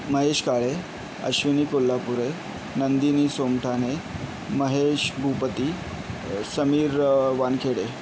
Mahesh Kale Ashwini Kolhapure Nandini Songthane Mahesh Bhupathi Sameer Wankhede